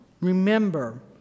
remember